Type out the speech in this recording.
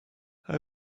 how